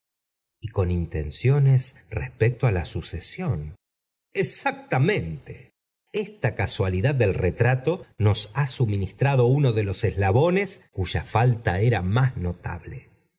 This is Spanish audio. y con intenciones respecto á la sucesión exactamente esta casualidad del retrato nos ha suministrado uno de los eslnbou s cuya falta era más notable